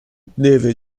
deve